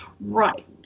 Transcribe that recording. right